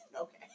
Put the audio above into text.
okay